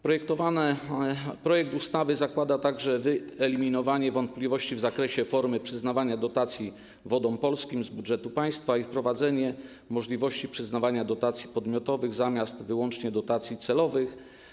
Projekt ustawy zakłada także wyeliminowanie wątpliwości w zakresie formy przyznawania dotacji Wodom Polskim z budżetu państwa i wprowadzenie możliwości przyznawania dotacji podmiotowych zamiast wyłącznie dotacji celowych.